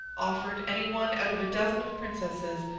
offered any one out of a dozen of princesses,